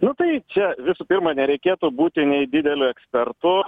nu tai čia visų pirma nereikėtų būti nei dideliu ekspertu